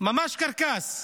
ממש קרקס.